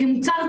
כמוצר צריכה,